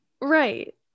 Right